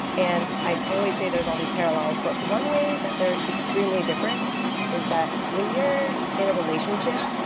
and i always say there is all these parallels, but one way that they're extremely different is that when you're in a relationship,